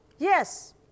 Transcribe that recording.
Yes